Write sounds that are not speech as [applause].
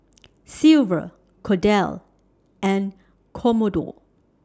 [noise] Silver Cordell and Commodore